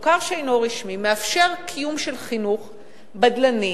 המוכר שאינו רשמי מאפשר קיום של חינוך בדלני,